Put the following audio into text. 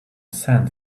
sand